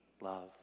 love